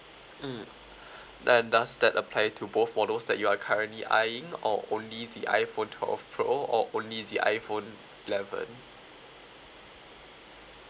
mm and does that apply to both models that you are currently eyeing or only the iphone twelve pro or only the iphone eleven